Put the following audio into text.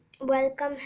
welcome